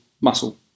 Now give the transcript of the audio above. muscle